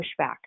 pushback